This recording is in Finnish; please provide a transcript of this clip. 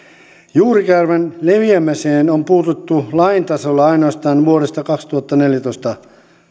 juurikäävän leviämiseen on puututtu lain tasolla ainoastaan vuodesta kaksituhattaneljätoista